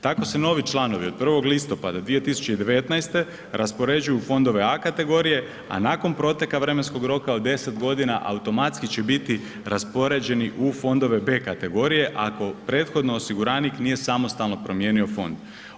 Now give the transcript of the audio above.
Tako se novi članovi od 1. listopada 2019. raspoređuju u fondove A kategorije, a nakon proteka vremenskog roka od 10 godina automatski će biti raspoređeni u fondove B kategorije, ako prethodno osiguranik nije samostalno promijenio fond.